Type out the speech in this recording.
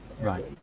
Right